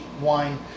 wine